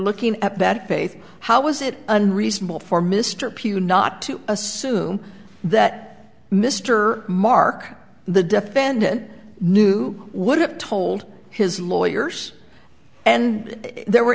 looking at bad faith how was it unreasonable for mr pugh not to assume that mr mark the defendant knew would have told his lawyers and there were